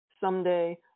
Someday